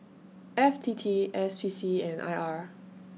F T T S P C and I R